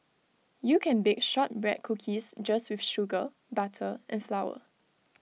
you can bake Shortbread Cookies just with sugar butter and flour